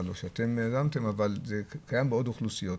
אבל היא קיימת גם בעוד אוכלוסיות.